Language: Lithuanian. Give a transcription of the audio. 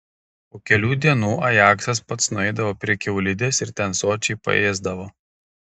po kelių dienų ajaksas pats nueidavo prie kiaulidės ir ten sočiai paėsdavo